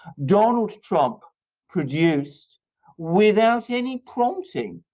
donald trump produced without any prompting.